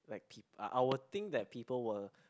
like peo~ I will think that people will